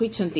ହୋଇଛନ୍ତି